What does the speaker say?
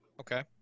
Okay